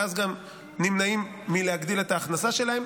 ואז גם נמנעים להגדיל את ההכנסה שלהם.